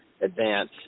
advance